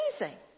amazing